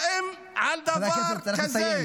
האם על דבר כזה, חבר הכנסת, צריך לסיים.